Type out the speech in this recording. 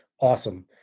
awesome